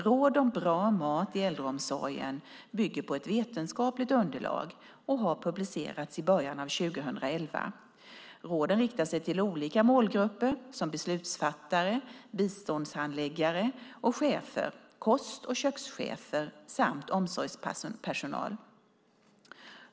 Råd om bra mat i äldreomsorgen bygger på ett vetenskapligt underlag och har publicerats i början av 2011. Råden riktar sig till olika målgrupper som beslutsfattare, biståndshandläggare och chefer, kost och kökschefer samt omsorgspersonal.